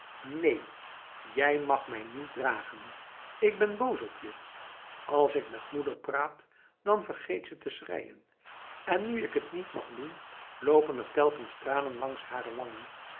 neen je mag mij niet dragen ik ben boos op je als ik met moeder praat dan vergeet ze te schreien en nu ik het niet mag doen loopen er telkens tranen langs hare wangen